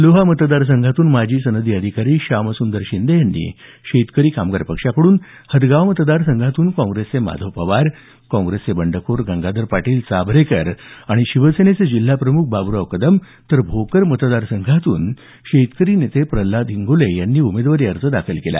लोहा मतदार संघातून माजी सनदी अधिकारी श्यामसुंदर शिंदे यांनी शेतकरी कामगार पक्षाकडून हदगाव मतदार संघातून काँग्रेसचे माधव पवार काँग्रेसचे बंडखोर गंगाधर पाटील चाभरेकर आणि शिवसेनेचे जिल्हाप्रम्ख बाब्राव कदम तर भोकर मतदार संघातून शेतकरी नेते प्रल्हाद हिंगोले यांनी उमेदवारी अर्ज दाखल केला